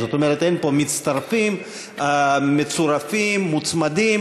זאת אומרת, אין פה מצטרפים, מצורפים, מוצמדים.